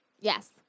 Yes